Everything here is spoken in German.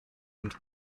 und